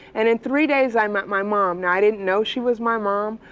and in three days i met my mom. now i didn't know she was my mom,